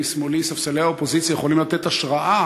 אני יושבת ליד חברים.